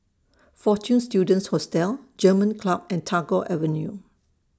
Fortune Students Hostel German Club and Tagore Avenue